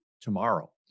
tomorrow